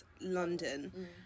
London